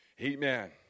Amen